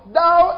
thou